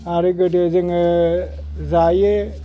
आरो गोदो जोङो जायो